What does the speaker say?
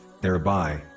thereby